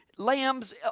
lambs